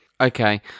Okay